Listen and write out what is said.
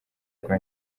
rwa